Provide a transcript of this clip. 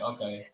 Okay